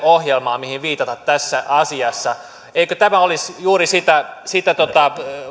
ohjelmaa mihin viitata tässä asiassa eikö tämä olisi juuri sitä sitä